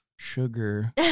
Sugar